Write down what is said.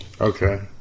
Okay